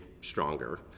stronger